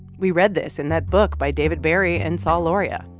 we read this in that book by david barry and sal lauria.